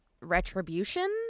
retribution